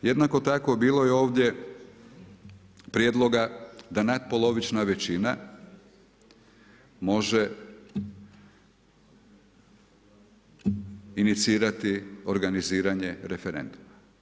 Jednako tako bilo je ovdje prijedloga da natpolovična većina može inicirati organiziranje referenduma.